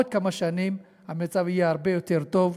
בעוד כמה שנים, המצב יהיה הרבה יותר טוב.